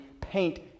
paint